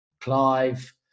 Clive